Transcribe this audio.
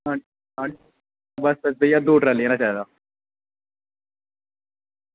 एह् भैया दो ट्रलियां हारा चाहिदा